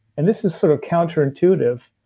and this is sort of counterintuitive,